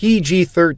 PG-13